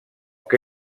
que